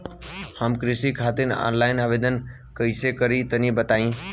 हम कृषि खातिर आनलाइन आवेदन कइसे करि तनि बताई?